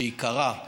שהיא יקרה,